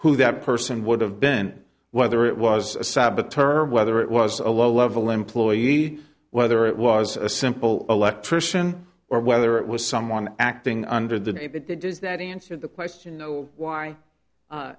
who that person would have been whether it was a saboteur whether it was a low level employee whether it was a simple electrician or whether it was someone acting under the name but the does that answer the question know why